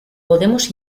podemos